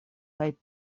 kaj